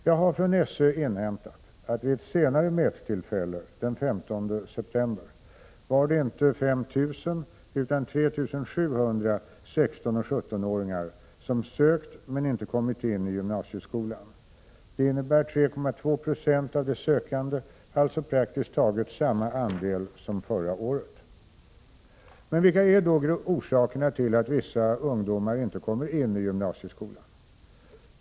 Jag har från SÖ inhämtat att det vid ett senare mättillfälle — den 15 september — inte var 5 000 utan 3 700 16 och 17-åringar som sökt men inte kommit in i gymnasieskolan. Det innebär 3,2 20 av de sökande, alltså praktiskt taget samma andel som förra året. Men vilka är då orsakerna till att vissa ungdomar inte kommer in i gymnasieskolan?